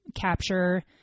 capture